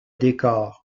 décor